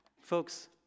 Folks